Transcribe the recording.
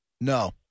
No